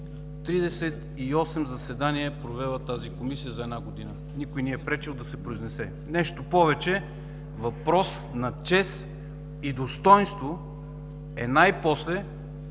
38 заседания е провела тази Комисия за една година. Никой не й е пречил да се произнесе. Нещо повече, въпрос на чест и достойнство е най-после